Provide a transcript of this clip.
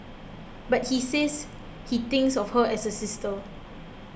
but he says he thinks of her as a sister